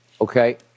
Okay